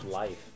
life